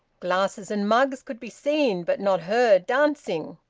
glasses and mugs could be seen, but not heard, dancing.